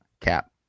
Cap